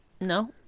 No